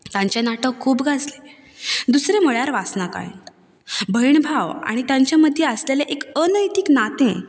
तांचें नाटक खूब गाजलें दुसरें म्हणल्यार वासनाकांड भयण भाव आनी तांचे मदीं आशिल्लें एक अनैतीक नातें